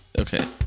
Okay